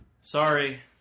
Sorry